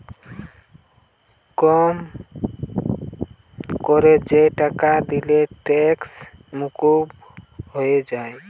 কম কোরে যে টাকা দিলে ট্যাক্স মুকুব হয়ে যায়